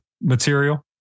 material